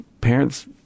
parents